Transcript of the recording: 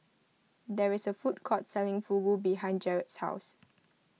there is a food court selling Fugu behind Jarrod's house